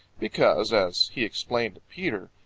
because, as he explained to peter,